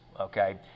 okay